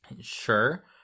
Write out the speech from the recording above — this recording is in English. Sure